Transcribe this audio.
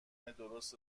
درست